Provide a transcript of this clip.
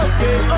Okay